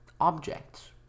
objects